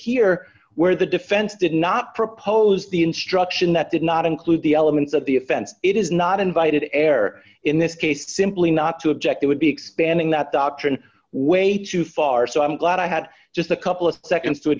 here where the defense did not propose the instruction that did not include the elements of the offense it is not invited air in this case simply not to object it would be expanding that doctrine way too far so i'm glad i had just a couple of seconds to